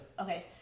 Okay